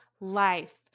life